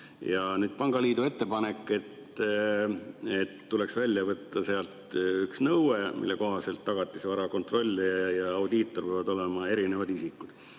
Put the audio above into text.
Pangaliidul on ettepanek, et tuleks välja võtta sealt üks nõue, mille kohaselt tagatisvara kontrollija ja audiitor peavad olema eri isikud.